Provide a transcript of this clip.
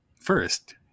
first